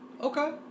Okay